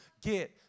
Get